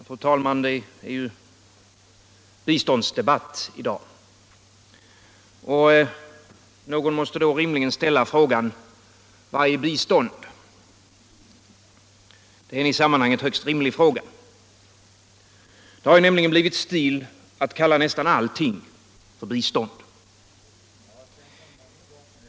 Fru talman! Det är ju biståndsdebatt i dag, och någon måste då rimligen ställa frågan: Vad är bistånd? Detta är en i sammanhanget högst rimlig fråga. Det har nämligen blivit stil att kalla nästan-allting för bistånd.